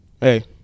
Hey